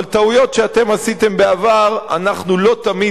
אבל טעויות שאתם עשיתם בעבר אנחנו לא תמיד